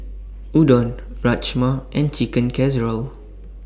Udon Rajma and Chicken Casserole